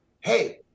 hey